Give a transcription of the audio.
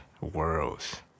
worlds